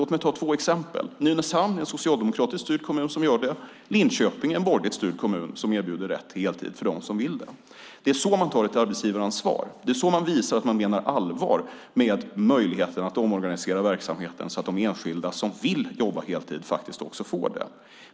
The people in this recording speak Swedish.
Låt mig ta två exempel: Nynäshamn är en socialdemokratiskt styrd kommun som gör det. Linköping är en borgerligt styrd kommun som erbjuder rätt till heltid för dem som vill det. Det är så man tar ett arbetsgivaransvar. Det är så man visar att man menar allvar med möjligheten att omorganisera verksamheten så att de enskilda som vill jobba heltid faktiskt också får det.